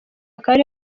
akaba